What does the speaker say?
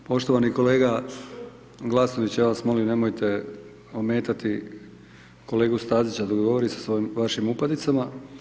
Poštovani kolega Glasnović, ja vas molim, nemojte ometati kolegu Stazića dok govori sa vašim upadicama.